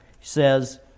says